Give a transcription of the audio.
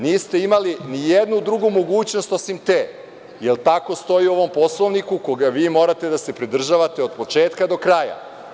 Niste imali nijednu drugu mogućnost sem te, jer tako stoji u ovom Poslovniku koga vi morate da se pridržavate od početka do kraja.